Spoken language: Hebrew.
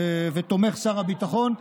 ותומך שר הביטחון,